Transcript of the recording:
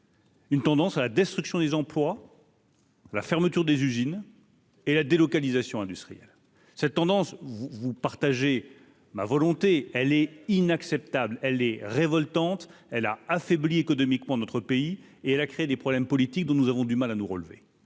Une tendance à la destruction des emplois. La fermeture des usines et la délocalisation industrielle cette tendance ou vous vous partagez ma volonté elle est inacceptable, elle est révoltante, elle a affaibli économiquement notre pays et elle a créé des problèmes politiques dont nous avons du mal à nous relever,